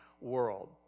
world